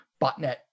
botnet